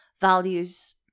values